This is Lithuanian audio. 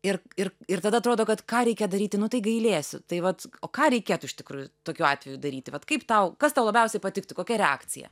ir ir ir tada atrodo kad ką reikia daryti nu tai gailėsiu tai vat o ką reikėtų iš tikrųjų tokiu atveju daryti vat kaip tau kas tau labiausiai patiktų kokia reakcija